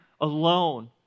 alone